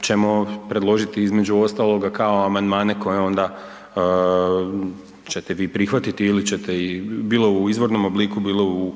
ćemo predložiti između ostaloga kao amandmane koje onda ćete vi prihvatiti ili ćete ih bilo u izvornom obliku, bilo u